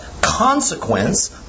consequence